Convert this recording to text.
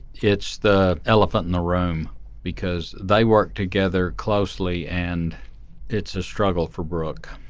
it's the elephant in the room because they work together closely and it's a struggle for brooke